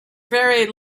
very